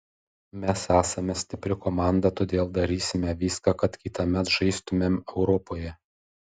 mes esame stipri komanda todėl darysime viską kad kitąmet žaistumėm europoje